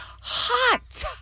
hot